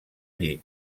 llit